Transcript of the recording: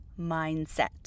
Mindset